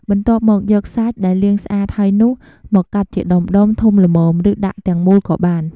បន្ទាប់មក យកសាច់ដែលលាងស្អាតហើយនោះ មកកាត់ជាដុំៗធំល្មម ឬដាក់ទាំងមូលក៏បាន។